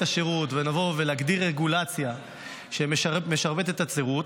השירות ולבוא ולהגדיר רגולציה שמטייבת את השירות,